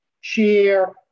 share